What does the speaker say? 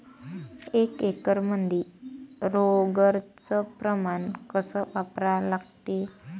एक एकरमंदी रोगर च प्रमान कस वापरा लागते?